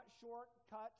shortcut